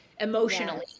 emotionally